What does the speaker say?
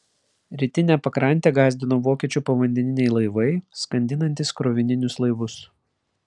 rytinę pakrantę gąsdino vokiečių povandeniniai laivai skandinantys krovininius laivus